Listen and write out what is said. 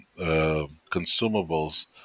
consumables